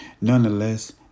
Nonetheless